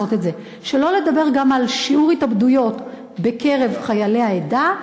שלא לדבר גם על שיעור ההתאבדויות בקרב חיילי העדה,